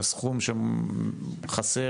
שהסכום שחסר,